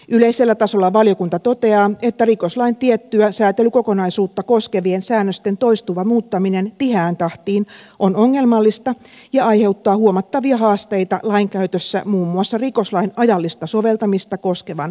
yleisellä tasolla valiokunta toteaa että rikoslain tiettyä säätelykokonaisuutta koskevien säännösten toistuva muuttaminen tiheään tahtiin on ongelmallista ja aiheuttaa huomattavia haasteita lain käytössä muun muassa rikoslain ajallista soveltamista koskevan sääntelyn vuoksi